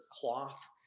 cloth